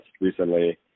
recently